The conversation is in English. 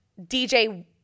DJ